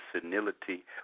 senility